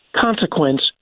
consequence